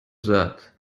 that